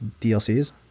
DLCs